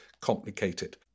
complicated